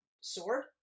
sword